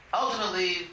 ultimately